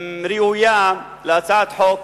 ראויה, להצעת חוק,